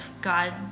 God